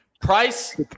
price